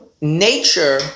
Nature